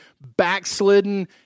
backslidden